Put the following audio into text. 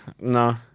no